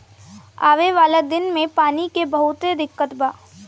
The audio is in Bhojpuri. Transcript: आवे वाला दिन मे पानी के बहुते दिक्कत बा